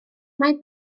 mae